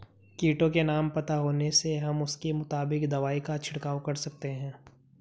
कीटों के नाम पता होने से हम उसके मुताबिक दवाई का छिड़काव कर सकते हैं